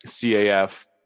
CAF